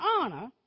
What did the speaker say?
honor